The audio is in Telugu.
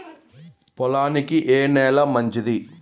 పొలానికి ఏ నేల మంచిది?